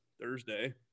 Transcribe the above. Thursday